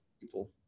people